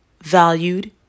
valued